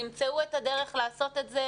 תמצאו את הדרך לעשות את זה.